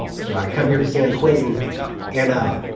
so, i come here to san quentin and, ah,